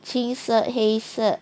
青色黑色